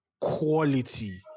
quality